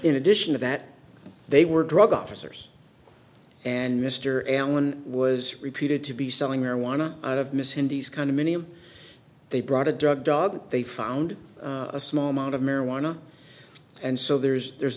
in addition to that they were drug officers and mr allen was reputed to be selling marijuana out of miss hindis condominium they brought a drug dog they found a small amount of marijuana and so there's there's